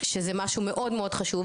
שזה משהו מאוד מאוד חשוב,